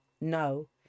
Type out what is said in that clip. No